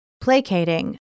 placating